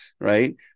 right